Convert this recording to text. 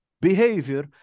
Behavior